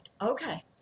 okay